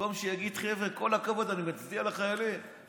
במקום שיגיד, חבר'ה, כל הכבוד, אני מצדיע לשוטרים,